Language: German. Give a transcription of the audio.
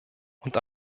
und